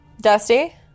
Dusty